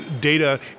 data